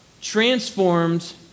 transformed